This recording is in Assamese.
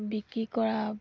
বিক্ৰী কৰা